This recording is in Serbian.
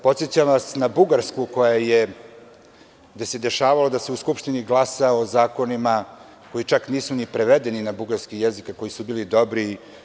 Podsećam vas na Bugarsku, gde se dešavalo da se u Skupštini glasa o zakonima koji čak nisu ni prevedeni na bugarski jezik, a koji su bili dobri.